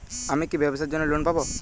আমি কি ব্যবসার জন্য লোন পাব?